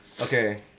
Okay